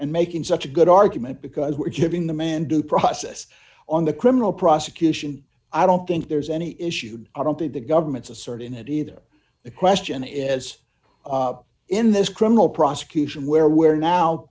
and making such a good argument because we're giving the man due process on the criminal prosecution i don't think there's any issue i don't think the government's asserting that either the question is in this criminal prosecution where we're now